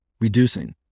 reducing